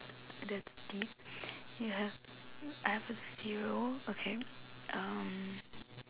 that's deep yes I have a zero okay um